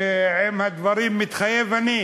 שעם הדברים "מתחייב אני"